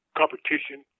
competition